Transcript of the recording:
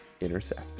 intersect